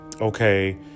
okay